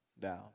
down